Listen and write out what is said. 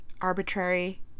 arbitrary